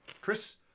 Chris